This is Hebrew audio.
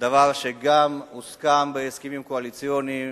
דבר שגם הוסכם בהסכמים הקואליציוניים,